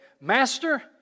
Master